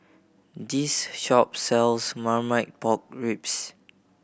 this shop sells Marmite Pork Ribs